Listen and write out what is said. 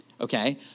okay